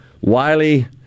Wiley